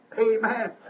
Amen